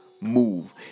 move